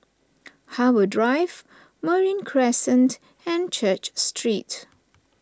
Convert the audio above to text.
Harbour Drive Marine Crescent and Church Street